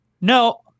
No